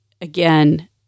Again